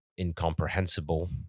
incomprehensible